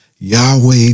Yahweh